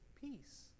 peace